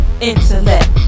intellect